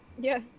Yes